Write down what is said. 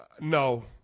No